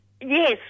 Yes